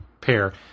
pair